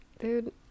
Dude